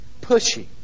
pushy